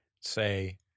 say